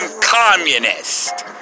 communist